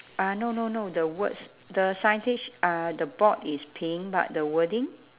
uh no no no the words the signage uh the board is pink but the wording